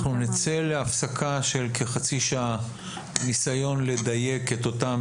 לאחר מכן נצא להפסקה של כחצי שעה בניסיון לדייק את אותם